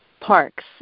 parks